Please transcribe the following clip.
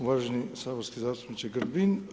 uvaženi saborski zastupniče Grbin.